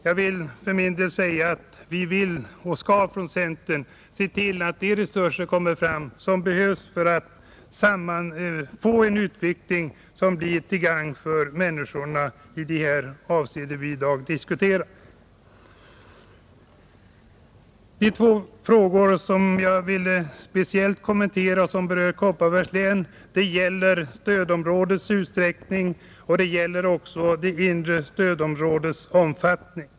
Jag vill för min del säga att vi vill och skall från centern se till att de resurser kommer fram som behövs för att få en utveckling som blir till gagn för människorna i de avseenden vi i dag diskuterar. De två frågor som jag ville speciellt kommentera och som berör Kopparbergs län gäller stödområdets utsträckning och det inre stödområdets omfattning.